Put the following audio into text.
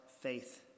faith